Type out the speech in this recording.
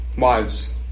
Wives